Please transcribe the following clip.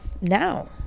now